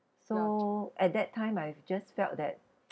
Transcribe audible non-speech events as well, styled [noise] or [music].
so at that time I've just felt that [noise]